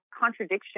contradiction